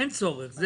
אין צורך.